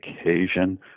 occasion